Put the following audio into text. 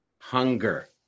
Hunger